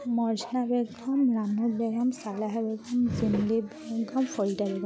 Marjina Begum Ranu Begum Saleha Begum Jonti Begum Farida Begum